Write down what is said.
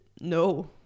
no